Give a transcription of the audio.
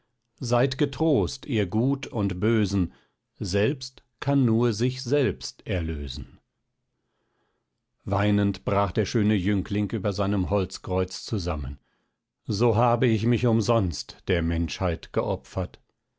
seid getrost ihr gut und bösen selbst kann nur sich selbst erlösen weinend brach der schöne jüngling über seinem holzkreuz zusammen so habe ich mich umsonst der menschheit geopfert